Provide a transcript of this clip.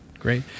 Great